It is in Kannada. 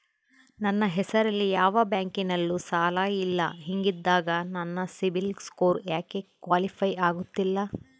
ನನ್ನ ಹೆಸರಲ್ಲಿ ಯಾವ ಬ್ಯಾಂಕಿನಲ್ಲೂ ಸಾಲ ಇಲ್ಲ ಹಿಂಗಿದ್ದಾಗ ನನ್ನ ಸಿಬಿಲ್ ಸ್ಕೋರ್ ಯಾಕೆ ಕ್ವಾಲಿಫೈ ಆಗುತ್ತಿಲ್ಲ?